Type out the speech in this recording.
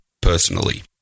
personally